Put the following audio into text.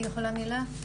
רבה.